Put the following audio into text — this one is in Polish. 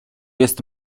jest